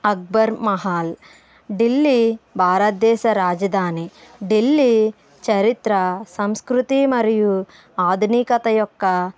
అక్బర్ మహల్ ఢిల్లీ భారతేదేశ రాజధాని ఢిల్లీ చరిత్ర సంస్కృతి మరియు ఆధునికత యొక్క